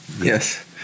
Yes